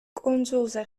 კუნძულზე